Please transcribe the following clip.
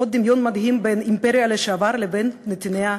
עוד דמיון מדהים בין אימפריה לשעבר לבין נתיניה לשעבר.